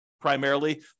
primarily